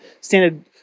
standard